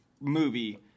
movie